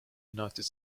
united